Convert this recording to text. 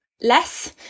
Less